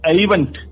event